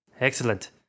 Excellent